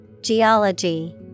Geology